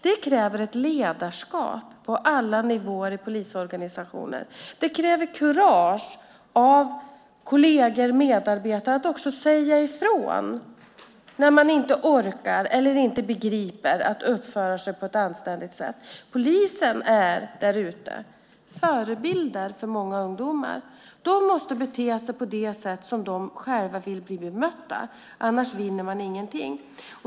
Det kräver ledarskap på alla nivåer i polisorganisationen. Det kräver också kurage av kolleger och andra medarbetare att våga säga ifrån när man inte orkar eller begriper att uppföra sig på ett anständigt sätt. Polisen finns där ute. De är förebilder för många ungdomar. De måste bete sig på samma sätt som de själva vill bli bemötta, annars vinner man ingenting.